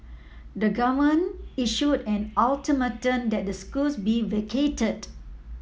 the government issued an ultimatum that the schools be vacated